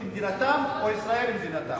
קוראים לארצות-הברית מדינתם, או ישראל מדינתם?